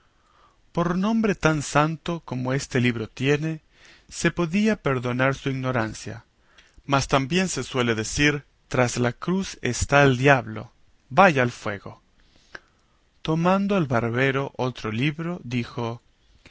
por nombre tan santo como este libro tiene se podía perdonar su ignorancia mas también se suele decir tras la cruz está el diablo vaya al fuego tomando el barbero otro libro dijo